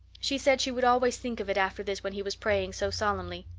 she said she would always think of it after this when he was praying so solemnly.